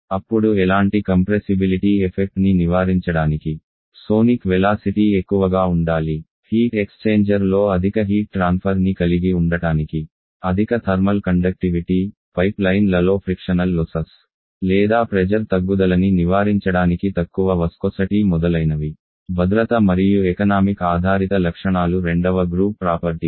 అప్పుడు ఎలాంటి compressibility effect ని నివారించడానికి సోనిక్ వెలాసిటీ ఎక్కువగా ఉండాలి హీట్ ఎక్స్చేంజర్ లో అధిక హీట్ ట్రాన్ఫర్ ని కలిగి ఉండటానికి అధిక థర్మల్ కండక్టివిటీ పైప్లైన్లలో ఘర్షణ నష్టాలు లేదా ప్రెజర్ తగ్గుదలని నివారించడానికి తక్కువ స్నిగ్ధత మొదలైనవి భద్రత మరియు ఎకనామిక్ ఆధారిత లక్షణాలు రెండవ గ్రూప్ ప్రాపర్టీస్